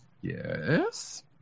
Yes